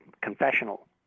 confessional